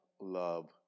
Love